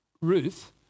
Ruth